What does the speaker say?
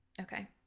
Okay